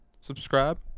subscribe